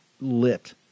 lit